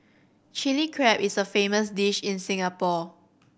Chilli Crab is a famous dish in Singapore